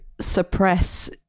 suppress